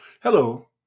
Hello